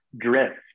drift